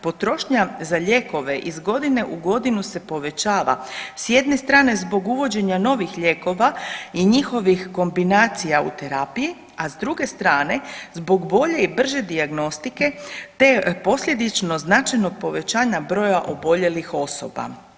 Potrošnja za lijekove iz godine u godinu se povećava, s jedne strane zbog uvođenja novih lijekova i njihovih kombinacija u terapiji, a s druge strane zbog bolje i brže dijagnostike, te posljedično značajnog povećanja broja oboljelih osoba.